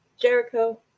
Jericho